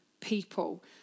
people